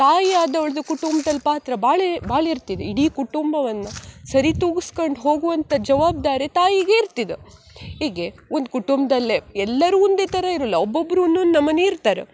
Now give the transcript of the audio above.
ತಾಯಿ ಆದವ್ಳ್ದು ಕುಟುಂಬ್ದಲ್ಲಿ ಪಾತ್ರ ಭಾಳ ಭಾಳ ಇರ್ತಿದೆ ಇಡೀ ಕುಟುಂಬವನ್ನು ಸರಿ ತೂಗುಸ್ಕಂಡು ಹೋಗುವಂಥ ಜವಾಬ್ದಾರಿ ತಾಯಿಗೆ ಇರ್ತಿದೆ ಈಗ ಒಂದು ಕುಟುಂಬದಲ್ಲೇ ಎಲ್ಲರೂ ಒಂದೇ ಥರ ಇರುಲ್ಲ ಒಬ್ಬೊಬ್ರು ಒಂದೊಂದು ನಮೂನಿ ಇರ್ತಾರ